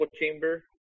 chamber